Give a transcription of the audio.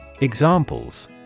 Examples